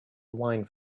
wine